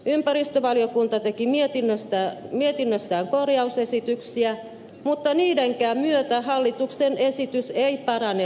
ympäristövaliokunta teki mietinnössään korjausesityksiä mutta niidenkään myötä hallituksen esitys ei parane riittävästi